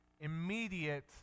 immediate